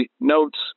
notes